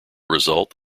result